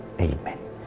Amen